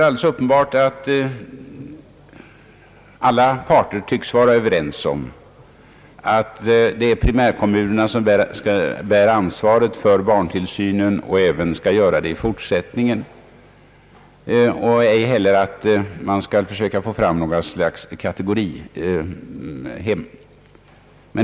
Alla parter tycks vara överens om att det är primärkommunerna som bär ansvaret för barntillsynen och även skall göra det i fortsättningen. Vidare är väl alla ense om att man inte skall försöka få fram några slags kategorihem.